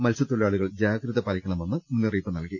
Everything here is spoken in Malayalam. മത്സ്യത്തൊഴിലാളികൾ ജാഗ്രത പാലി ക്കണമെന്ന് മുന്നറിയിപ്പുണ്ട്